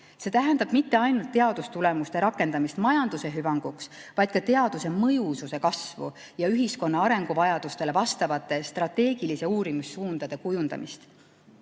See tähendab mitte ainult teadustulemuste rakendamist majanduse hüvanguks, vaid ka teaduse mõjususe kasvu ja ühiskonna arenguvajadustele vastavate strateegiliste uurimissuundade kujundamist.